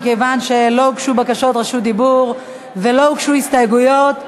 מכיוון שלא הוגשו בקשות רשות דיבור ולא הוגשו הסתייגויות.